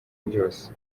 ryose